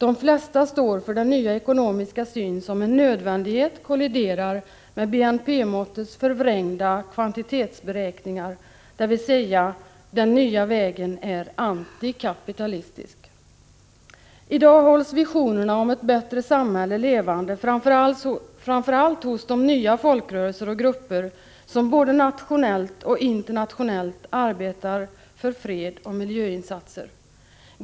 De flesta står för den nya ekonomiska syn som med nödvändighet kolliderar med BNP-måttets förvrängda kvantitetsberäkningar, dvs. den nya vägen är antikapitalistisk. I dag hålls visionerna om ett bättre samhälle levande framför allt hos de nya folkrörelser och grupper som både nationellt och internationellt arbetar för fred och miljöinsatser.